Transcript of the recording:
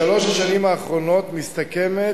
העלייה הכוללת בשלוש השנים האחרונות מסתכמת